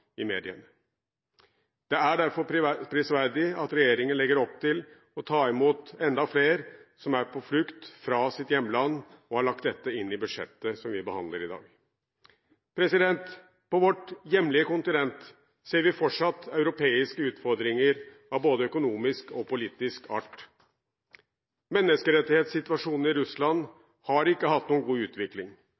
i mediene. Det er derfor prisverdig at regjeringen legger opp til å ta imot enda flere som er på flukt fra sitt hjemland, og dette er lagt inn i budsjettet som vi behandler i dag. På vårt hjemlige kontinent ser vi fortsatt europeiske utfordringer av både økonomisk og politisk art. Menneskerettighetssituasjonen i Russland har ikke hatt noen god utvikling,